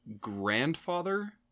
grandfather